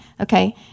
Okay